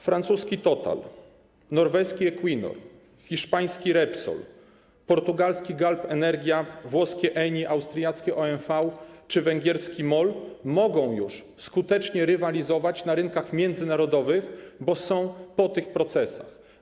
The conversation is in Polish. Francuski Total, norweski Equinor, hiszpański Repsol, portugalski Galp Energia, włoski Eni, austriacki OMV czy węgierski MOL mogą już skutecznie rywalizować na rynkach międzynarodowych, bo są po tych procesach.